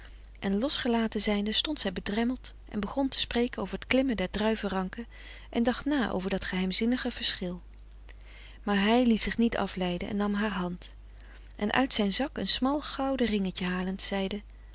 en losgelaten zijnde stond zij bedremmeld en begon te spreken over het klimmen der druivenranken en dacht na over dat geheimzinnige verschil maar hij liet zich niet afleiden en nam haar hand en uit zijn zak een smal gouden ringetje halend zeide